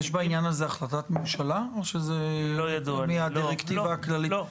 יש בעניין הזה החלטת ממשלה או שזה מהדירקטיבה הכללית?